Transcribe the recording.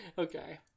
Okay